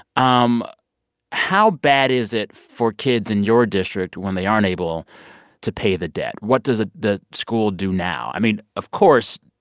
um how bad is it for kids in your district when they aren't able to pay the debt? what does ah the school do now? i mean, of course,